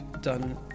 done